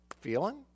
feeling